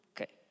Okay